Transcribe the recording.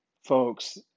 folks